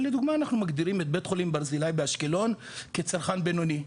לדוגמא אנחנו מגדירים את בית חולים ברזילי באשקלון כצרכן בינוני,